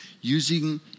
using